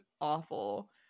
awful